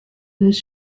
his